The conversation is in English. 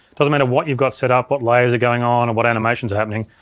doesn't matter what you've got set up, what layers are going on, or what animations are happening,